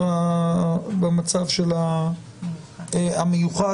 המצב המיוחד,